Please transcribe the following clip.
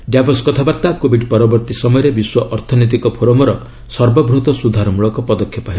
Davos କଥାବାର୍ତ୍ତା Covid ପରବର୍ତ୍ତୀ ସମୟରେ ବିଶ୍ୱ ଅର୍ଥନୈତିକ ଫୋରମ୍ର ସର୍ବବୃହତ ସୁଧାର ମୂଳକ ପଦକ୍ଷେପ ହେବ